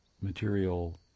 material